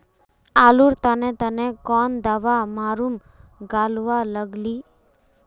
आलूर तने तने कौन दावा मारूम गालुवा लगली?